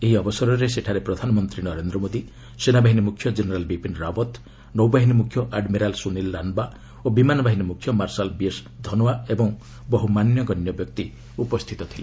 ଏହି ଅବସରରେ ସେଠାରେ ପ୍ରଧାନମନ୍ତ୍ରୀ ନରେନ୍ଦ୍ର ମୋଦି ସେନାବାହିନୀ ମୁଖ୍ୟ ଜେନେରାଲ ବିପିନ ରାଓ୍ୱତ ନୌବାହିନୀ ମୁଖ୍ୟ ଆଡମିରାଲ ସୁନୀଲ ଲାନ୍ବା ଓ ବିମାନ ବାହିନୀ ମୁଖ୍ୟ ମାର୍ଶାଲ ବିଏସ୍ ଧନୋଓ୍ୱା ଏବଂ ବହୁ ମାନ୍ୟଗଣ୍ୟ ବ୍ୟକ୍ତି ଉପସ୍ଥିତ ଥିଲେ